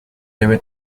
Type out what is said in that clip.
leve